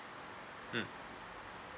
mm